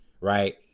right